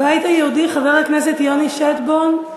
הבית היהודי, חבר הכנסת יוני שטבון,